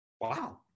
wow